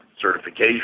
certification